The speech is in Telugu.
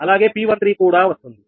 అలాగే P13 కూడా వస్తుంది